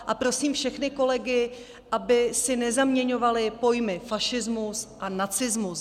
A prosím všechny kolegy, aby si nezaměňovali pojmy fašismus a nacismus.